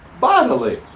bodily